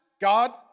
God